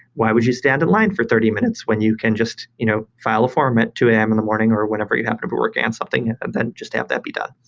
why would you stand in line for thirty minutes when you can just you know file a form at two am in the morning or whenever you happen to be working on somethings that just have that be done.